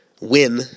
win